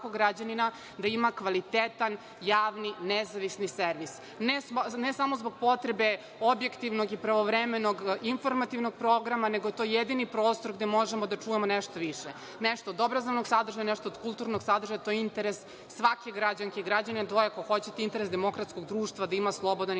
da imamo kvalitetan javni nezavisni servis. Ne samo zbog potrebe objektivnog i pravovremenog informativnog programa, nego to je jedini prostor gde možemo da čujemo nešto više, nešto od obrazovnog sadržaja, nešto od kulturnog sadržaja. To je interes svake građanke i građanina i to je, ako hoćete, interes demokratskog društva, da ima slobodan i nezavisan